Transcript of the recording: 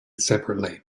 separately